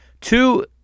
Two